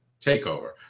TakeOver